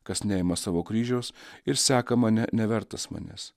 kas neima savo kryžiaus ir seka mane nevertas manęs